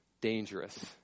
dangerous